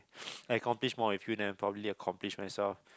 I accomplish more with you than probably accomplish myself